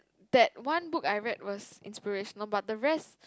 that one book I read was inspirational but the rest